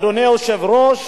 אדוני היושב-ראש,